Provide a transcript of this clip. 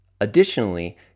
Additionally